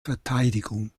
verteidigung